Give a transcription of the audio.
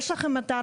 יש לכם אתר,